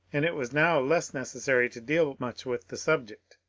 and it was now less neces sary to deal much with the subject.